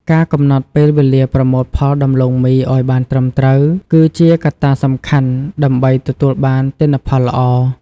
ការកំណត់ពេលវេលាប្រមូលផលដំឡូងមីឱ្យបានត្រឹមត្រូវ គឺជាកត្តាសំខាន់ដើម្បីទទួលបានទិន្នផលល្អ។